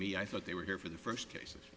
me i thought they were here for the first cases